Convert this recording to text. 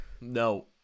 no